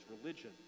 religion